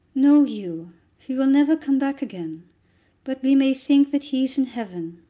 no, hugh he will never come back again but we may think that he's in heaven.